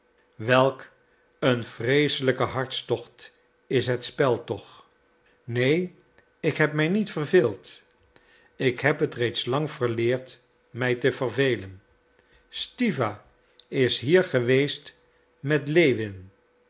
welk een vreeselijke harstocht is het spel toch neen ik heb mij niet verveeld ik heb het reeds lang verleerd mij te vervelen stiwa is hier geweest met lewin